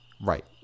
Right